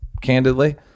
candidly